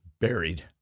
buried